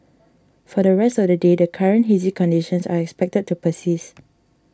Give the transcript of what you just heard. for the rest of the day the current hazy conditions are expected to persist